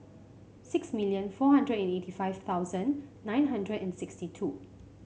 six million four hundred and eighty five thousand nine hundred and sixty two